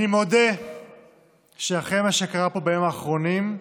אני מודה שאחרי מה שקרה פה בימים האחרונים,